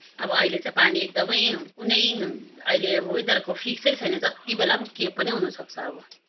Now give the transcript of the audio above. अब अहिले चाहिँ पानी एकदमै उनै अहिले वेदरको फिक्सै छैन जति बेला पनि केही पनि हुनसक्छ अब